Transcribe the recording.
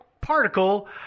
particle